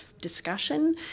discussion